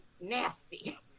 nasty